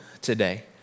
today